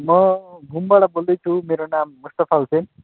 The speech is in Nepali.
म घुमबाट बोल्दैछु मेरो नाम मुस्तफा हुसैन